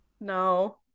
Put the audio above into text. No